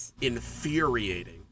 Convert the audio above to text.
infuriating